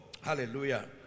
Hallelujah